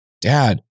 Dad